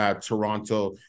Toronto